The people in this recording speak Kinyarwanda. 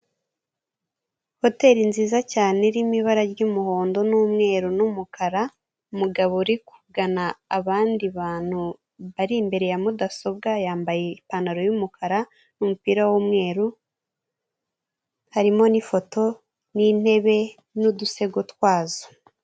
Hoteri nziza cyane iri mu ibara ry'umuhondo n'umweru n'umukara, umugabo uri kugana abandi bantu bari imbere ya mudasobwa, yambaye ipantaro y'umukara n'umupira w'umweru, harimo n'ifoto n'intebe n'udusego twazo.